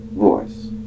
voice